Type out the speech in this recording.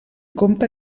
compte